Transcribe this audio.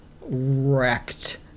wrecked